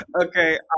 Okay